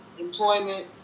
employment